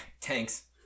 Tanks